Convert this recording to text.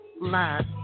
love